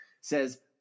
says